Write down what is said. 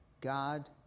God